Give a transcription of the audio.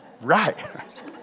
right